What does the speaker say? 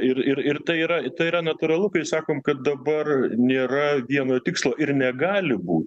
ir ir ir tai yra tai yra natūralu kai sakom kad dabar nėra vieno tikslo ir negali būti